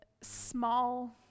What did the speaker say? small